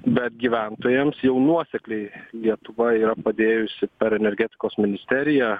bet gyventojams jau nuosekliai lietuva yra padėjusi per energetikos ministeriją